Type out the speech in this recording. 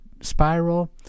spiral